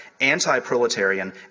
anti-proletarian